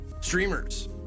streamers